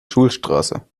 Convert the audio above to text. schulstraße